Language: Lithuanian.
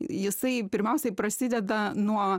jisai pirmiausiai prasideda nuo